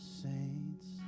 saints